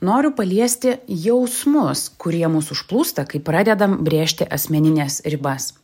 noriu paliesti jausmus kurie mus užplūsta kai pradedam brėžti asmenines ribas